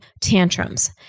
tantrums